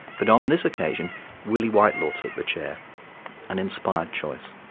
but on this occasion willie whitelaw took the chair an inspired choice.